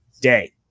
day